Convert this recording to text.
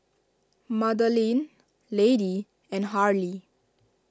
Madeleine Lady and Harley